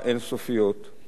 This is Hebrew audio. ולומר לך, גדעון: